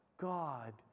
God